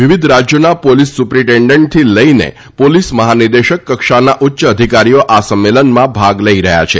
વિવિધ રાજયોના પોલીસ સુપ્રિટેન્ડન્ટથી લઇને પોલીસ મહાનિદેશક કક્ષાના ઉચ્ય અધિકારીઓ આ સંમેલનમાં ભાગ લઇ રહયાં છે